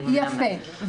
יפה.